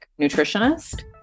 nutritionist